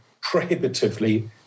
prohibitively